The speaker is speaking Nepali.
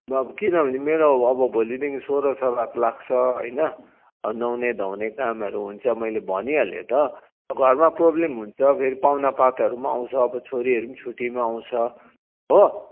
अब किनभने मेरो अब भोलिदेखि सोह्रसराद लाग्छ होइन नुहाउने धुवाउने कामहरू हुन्छ मैले भनिहालेँ त घरमा प्रब्लम हुन्छ फेरि पाहुनापातहरू पनि आउँछ अब छोरीहरू पनि छुट्टीमा आउँछ हो